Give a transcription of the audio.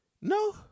No